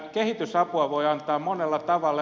kehitysapua voi antaa monella tavalla